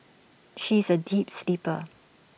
she is A deep sleeper